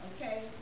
Okay